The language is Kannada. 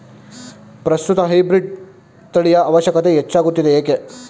ಪ್ರಸ್ತುತ ಹೈಬ್ರೀಡ್ ತಳಿಯ ಅವಶ್ಯಕತೆ ಹೆಚ್ಚಾಗುತ್ತಿದೆ ಏಕೆ?